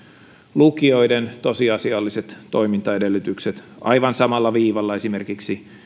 lukioiden tosiasialliset toimintaedellytykset aivan samalla viivalla esimerkiksi